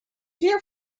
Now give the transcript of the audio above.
dear